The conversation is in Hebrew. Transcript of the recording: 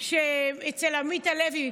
שאצל עמית הלוי.